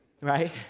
right